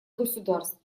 государств